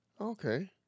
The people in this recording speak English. Okay